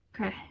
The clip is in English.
Okay